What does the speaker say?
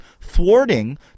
thwarting